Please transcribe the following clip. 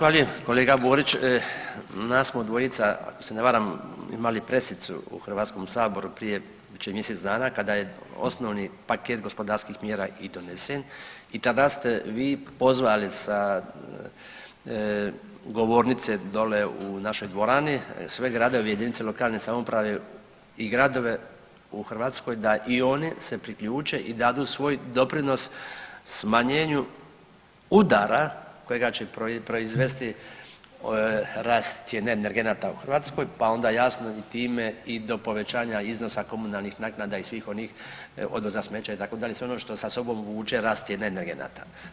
Zahvaljujem kolega Borić, nas smo dvojica ako se ne vama imali pressicu u Hrvatskom saboru prije bit će mjesec dana kada je osnovni paket gospodarskih mjera i donesen i tada ste vi pozvali sa govornice dole u našoj dvorani sve gradove i jedinice lokalne samouprave i gradove u Hrvatskoj da i oni se priključe i dadu svoj doprinos smanjenju udara kojega će proizvesti rast cijene energenata u Hrvatskoj pa onda jasno i time i do povećanja iznosa komunalnih naknada i svih onih, odvoza smeća itd., sve ono što sa sobom vuče rast cijene energenata.